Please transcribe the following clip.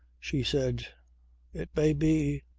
she said it may be.